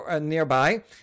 nearby